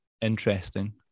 interesting